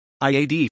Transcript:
IAD